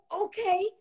okay